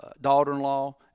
daughter-in-law